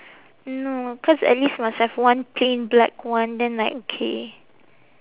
no cause at least must have one plain black one then like okay